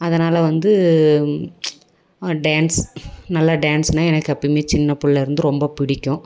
அதனால் வந்து டேன்ஸ் நல்லா டேன்ஸ்னா எனக்கு எப்போயுமே சின்ன பிள்ளையிலருந்து பிடிக்கும்